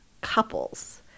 couples